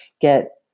get